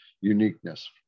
uniqueness